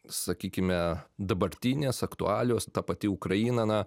sakykime dabartinės aktualijos ta pati ukraina na